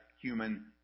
human